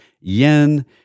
yen